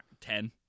Ten